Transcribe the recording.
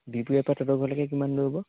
বিহপুৰীয়াৰ পৰা তহঁতৰ ঘৰলৈকে কিমান দূৰ হ'ব